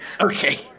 Okay